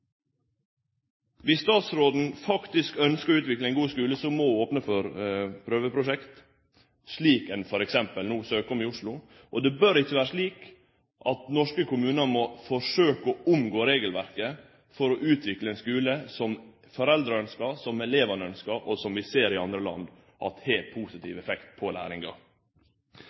statsråden faktisk ønskjer å utvikle ein god skule, må ho opne for prøveprosjekt, slik ein no t.d. søkjer om i Oslo. Det bør ikkje vere slik at norske kommunar må forsøkje å omgå regelverket for å utvikle ein skule som foreldra ønskjer, som elevane ønskjer, og som ein i andre land ser har positiv effekt på læringa.